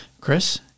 Chris